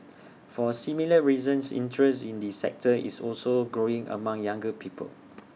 for similar reasons interest in the sector is also growing among younger people